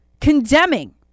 condemning